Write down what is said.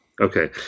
Okay